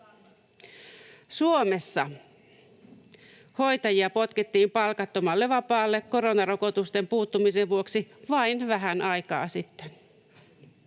sitten hoitajia potkittiin palkattomalle vapaalle koronarokotusten puuttumisen vuoksi. Nyt heitä ollaan